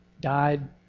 died